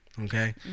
Okay